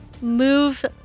move